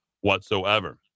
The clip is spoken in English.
whatsoever